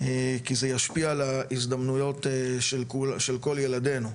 כי זה ישפיע על ההזדמנויות של כל ילדינו.